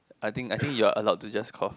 I think I think you are allowed to just cough